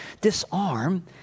disarm